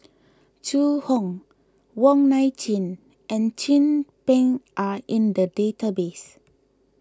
Zhu Hong Wong Nai Chin and Chin Peng are in the database